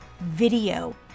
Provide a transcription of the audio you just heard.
video